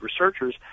researchers